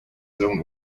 zoned